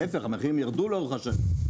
להיפך - המחירים ירדו לאורך השנים האלה.